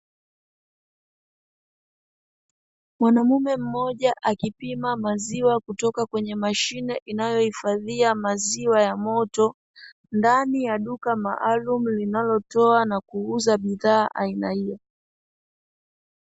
Mwanaume mmoja akipima maziwa kutoka kwenye mashine inayoifadhia maziwa ya moto ndani ya duka maalum linalotoa na kuuza bidhaa aina hiyo